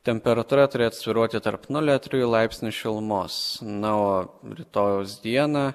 temperatūra turėtų svyruoti tarp nulio ir trijų laipsnių šilumos na o rytojaus dieną